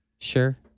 Sure